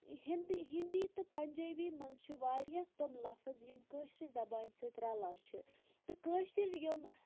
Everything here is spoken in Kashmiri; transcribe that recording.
ہِندی ہِندی تہٕ پَنجابی مَنٛز چھِ واریاہ تِم لفظ یِم کٲشرٕ زَبان سۭتۍ رَلان چھِ تہٕ کٲشٕر یِم